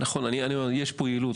זה נכון, אני אומר שיש פה יעילות.